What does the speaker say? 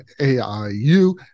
AIU